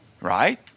Right